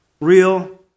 real